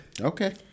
Okay